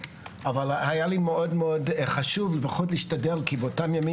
אבל היה לי מאוד חשוב לפחות להשתדל כי באותם ימים